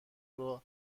رواز